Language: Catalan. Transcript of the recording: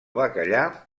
bacallà